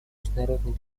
международной